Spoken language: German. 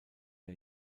der